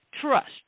Trust